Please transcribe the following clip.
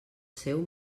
seu